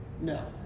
No